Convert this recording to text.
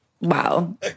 wow